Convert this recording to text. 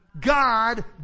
God